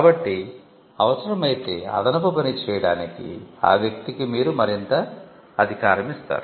కాబట్టి అవసరమైతే అదనపు పని చేయడానికి ఆ వ్యక్తికి మీరు మరింత అధికారం ఇస్తారు